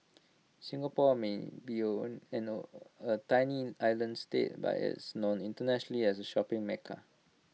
Singapore may be A tiny island state but IT is known internationally as A shopping mecca